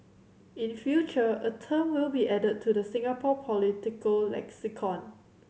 in future a term will be added to the Singapore political lexicon